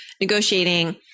negotiating